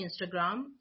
instagram